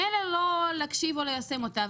מילא לא להקשיב או ליישם אותה,